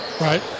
Right